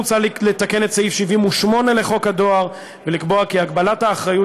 מוצע לתקן את סעיף 78 לחוק הדואר ולקבוע כי הגבלת האחריות